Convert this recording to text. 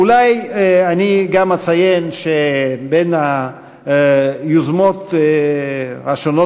אולי אני גם אציין שבין היוזמות השונות